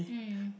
mm